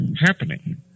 happening